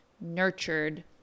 nurtured